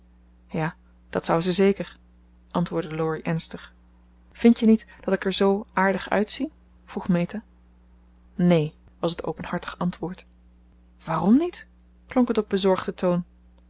ja dat zou ze zeker antwoordde laurie ernstig vind jij niet dat ik er zoo aardig uitzie vroeg meta neen was het openhartig antwoord waarom niet klonk het op bezorgden toon